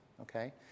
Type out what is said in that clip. okay